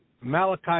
Malachi